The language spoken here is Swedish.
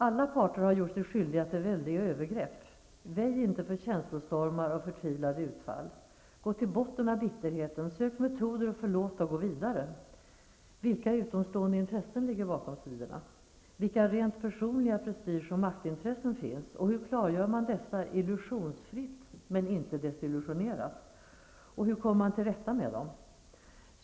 Alla parter har gjort sig skyldiga till väldiga övergrepp. Väj inte för känslostormar och förtvivlade utfall. Gå till botten av bitterheten, sök metoder att förlåta och gå vidare. Vilka utomstående intressen ligger bakom striderna? Vilka rent personliga prestige och maktintressen finns och hur klargör man dessa illusionsfritt men inte desillusionerat? Och hur kommer man till rätta med dem?